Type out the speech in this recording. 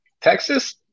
Texas